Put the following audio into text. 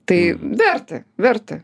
tai verta verta